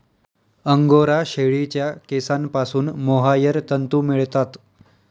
angora शेळीच्या केसांपासून mohair तंतू मिळतात